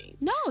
no